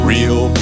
Real